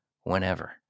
whenever